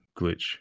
glitch